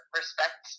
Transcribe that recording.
respect